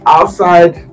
Outside